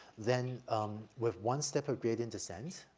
then with one step of gradient descent,